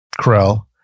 Krell